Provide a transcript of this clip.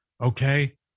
Okay